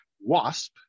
wasp